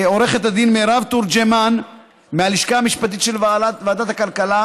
עורכת הדין מרב תורג'מן מהלשכה המשפטית של ועדת הכלכלה,